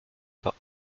pas